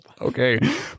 okay